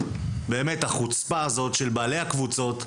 באמת החוצפה הזאת של בעלי הקבוצות,